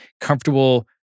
comfortable